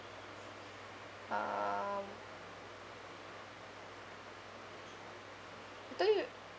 um I told you